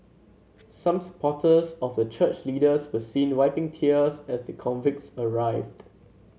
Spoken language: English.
some supporters of the church leaders were seen wiping tears as the convicts arrived